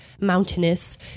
Mountainous